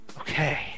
okay